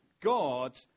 God